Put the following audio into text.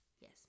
yes